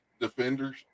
defenders